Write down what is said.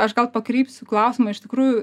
aš gal pakreipsiu klausimą iš tikrųjų